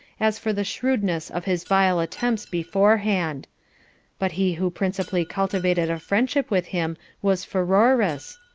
as for the shrewdness of his vile attempts beforehand but he who principally cultivated a friendship with him was pheroras,